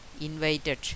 invited